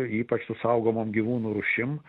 ypač su saugomom gyvūnų rūšim